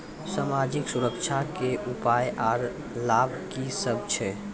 समाजिक सुरक्षा के उपाय आर लाभ की सभ छै?